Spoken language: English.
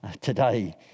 today